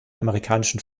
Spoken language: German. amerikanischen